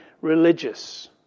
religious